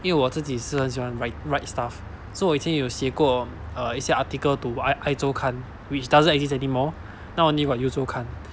因为我自己是很喜欢 write write stuff so 我以前有有写过过 err 一些 article to I 周刊 which doesn't exist anymore now got U 周刊